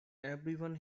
everyone